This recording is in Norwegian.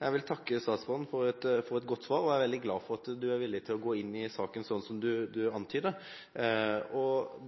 Jeg vil takke statsråden for et godt svar. Jeg er veldig glad for at du er villig til å gå inn i saken, slik som du antyder.